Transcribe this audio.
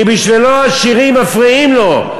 כי בשבילו, השירים מפריעים לו.